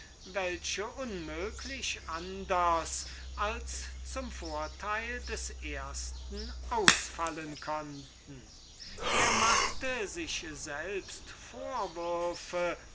welche unmöglich anders als zum vorteil des ersten ausfallen konnten er machte sich selbst vorwürfe